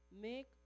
Make